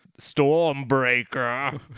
Stormbreaker